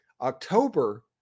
October